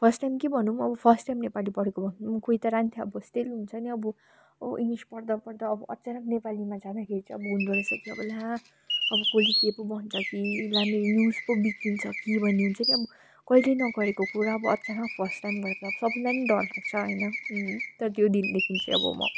first time के भनौँ अब फर्स्ट टाइम नेपाली पढेको कोही त अब स्टिल अब हुन्छ नि अब ओ इङ्ग्लिस पढ्दा पढ्दा अब अचानक नेपालीमा जाँदाखेरि चाहिँ अब हुँदो रहेछ कि अब ला अब कसले के पो भन्छ कि ला मेरो न्युज पो बिग्रिन्छ कि भन्ने हुन्छ नि अब कहिले न गरेको कुरा अब अचानक फर्स्ट टाइम गर्दा त सबैलाई नै डर लाग्छ होइन तर त्यो दिनदेखिन् चाहिँ अब म